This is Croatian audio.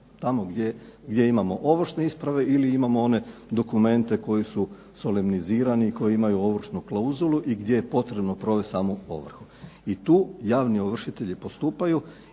tamo gdje imamo ovršne isprave ili imamo one dokumente koji su soleminizirani i koji imaju ovršnu klauzulu i gdje je potrebno provest samo ovrhu. I tu javni ovršitelji postupaju